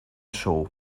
show